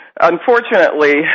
unfortunately